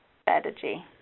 strategy